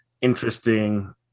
interesting